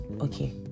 okay